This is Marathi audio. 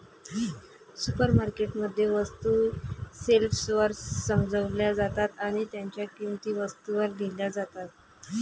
सुपरमार्केट मध्ये, वस्तू शेल्फवर सजवल्या जातात आणि त्यांच्या किंमती वस्तूंवर लिहिल्या जातात